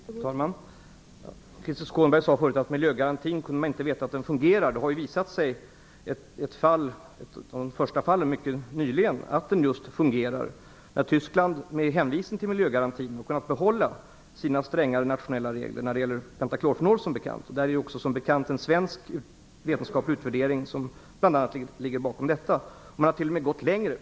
Fru talman! Krister Skånberg sade förut att man inte kunde veta om miljögarantin fungerar. Det har nyligen visat sig i ett fall att den fungerar då Tyskland, med hänvisning till miljögarantin, har kunnat behålla sina strängare nationella regler för pentaklorfenol. Det är som bekant en svensk vetenskaplig utvärdering som ligger bakom detta. Man har t.o.m. gått längre.